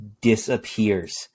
disappears